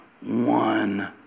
one